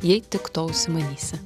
jei tik to užsimanysi